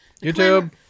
YouTube